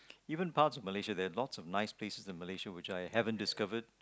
even parts of Malaysia there are lots of nice places in Malaysia which I haven't discover